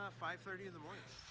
ah five thirty in the morning.